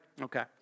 Okay